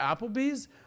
Applebee's